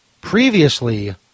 previously